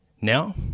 now